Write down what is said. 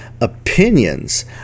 opinions